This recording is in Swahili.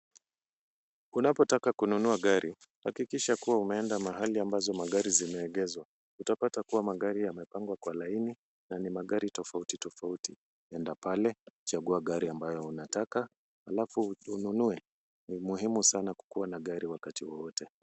Unapotaka kununua gari, hakikisha kuwa umeenda mahali ambazo magari zimeegezwa. Utapata kuwa magari yemepangwa kwa laini na ni magari tofauti tofauti. Enda pale, chagua gari ambayo unataka alafu ununue. Ni muhimu sana kukuwa na gari wakati wowote.